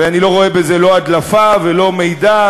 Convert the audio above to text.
ואני לא רואה בזה לא הדלפה ולא מידע,